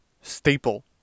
staple